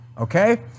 okay